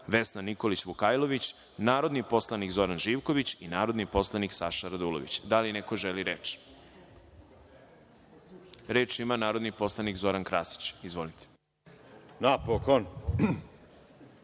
Vesna Nikolić Vukajlović, narodni poslanik Zoran Živković i narodni poslanik Saša Radulović. Da li neko želi reč? (Da)Reč ima narodni poslanik Zoran Krasić. Izvolite. **Zoran